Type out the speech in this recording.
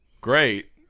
Great